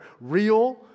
real